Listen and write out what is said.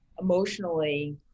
emotionally